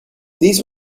these